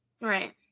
Right